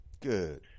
Good